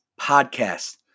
Podcast